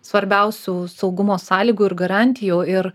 svarbiausių saugumo sąlygų ir garantijų ir